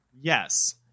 Yes